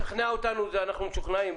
לשכנע אותנו אנחנו משוכנעים.